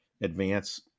advance